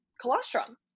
colostrum